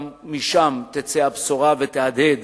גם משם תצא הבשורה ותהדהד